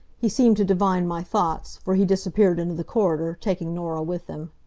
he seemed to divine my thoughts, for he disappeared into the corridor, taking norah with him.